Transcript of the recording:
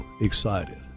excited